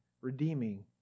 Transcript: redeeming